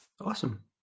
awesome